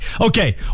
okay